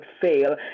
fail